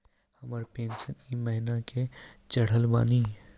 हमर पेंशन ई महीने के चढ़लऽ बानी?